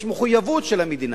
יש מחויבות של המדינה,